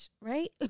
right